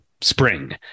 spring